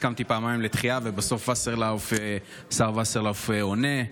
הסכמתי פעמיים לדחייה, ובסוף השר וסרלאוף עונה.